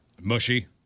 mushy